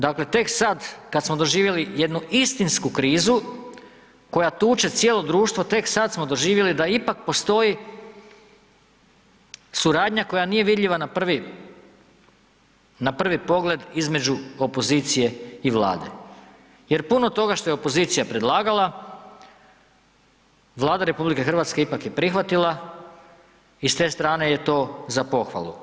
Dakle, tek sada kada smo doživjeli jednu istinsku krizu koja tuče cijelo društvo, tek sada smo doživjeli da ipak postoji suradnja koja nije vidljiva na prvi pogled između opozicije i Vlade jer puno toga što je opozicija predlagala Vlada je ipak prihvatila i s te strane je to za pohvalu.